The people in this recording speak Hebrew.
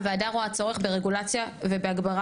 הוועדה רואה צורך ברגולציה ובהגבלת